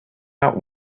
not